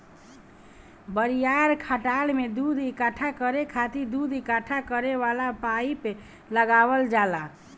बड़ियार खटाल में दूध इकट्ठा करे खातिर दूध इकट्ठा करे वाला पाइप लगावल जाला